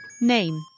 Name